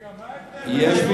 רגע, מה ההבדל, יש.